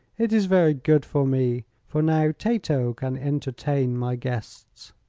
it is very good for me, for now tato can entertain my guests.